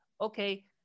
okay